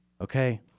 Okay